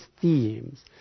themes